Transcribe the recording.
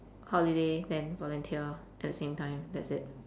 holiday then volunteer at the same time that's it